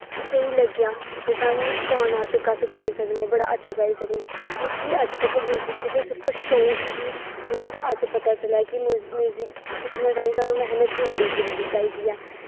स्हेई लग्गेआ ते अस गाना गाई सकने आं बड़ा अच्छा गाई सकने आं मिगी अज्ज तक्कर म्यूजिक बिच्च सिर्फ शौंक ही बट अज्ज पता चलेआ कि म्यूजिक सिक्खने ताहीं मैह्नत बी बड़ी जरूरी चाहिदी ऐ